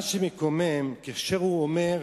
מה שמקומם, כאשר הוא אומר: